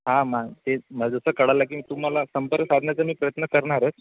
हा म तेच माझं जसं कळायला लागेल तुम्हाला संपर्क साधण्याचा मी प्रयत्न करणारच